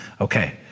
Okay